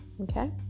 okay